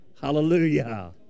Hallelujah